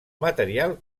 material